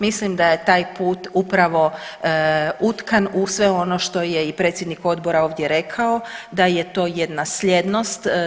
Mislim da je taj put upravo utkan u sve ono što je i predsjednik Odbora ovdje rekao da je to jedna slijednost.